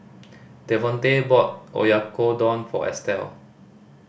Devonte brought Oyakodon for Estell